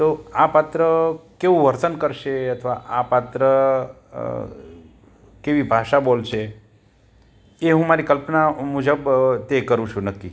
તો આ પાત્ર કેવું વર્તન કરશે અથવા આ પાત્ર કેવી ભાષા બોલશે એ હું મારી કલ્પના મુજબ તે કરું છું નક્કી